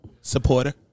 Supporter